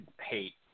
hate